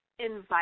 invite